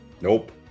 Nope